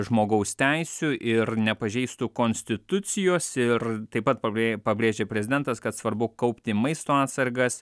žmogaus teisių ir nepažeistų konstitucijos ir taip pat pabrė pabrėžė prezidentas kad svarbu kaupti maisto atsargas